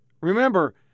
Remember